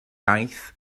iaith